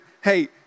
hey